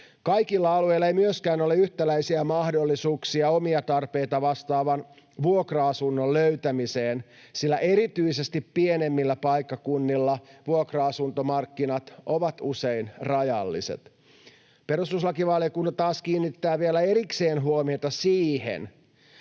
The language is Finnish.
Kaikilla alueilla ei myöskään ole yhtäläisiä mahdollisuuksia omia tarpeita vastaavan vuokra-asunnon löytämiseen, sillä erityisesti pienemmillä paikkakunnilla vuokra-asuntomarkkinat ovat usein rajalliset. Perustuslakivaliokunta taas kiinnittää vielä erikseen huomiota siihen,